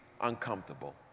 uncomfortable